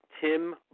Tim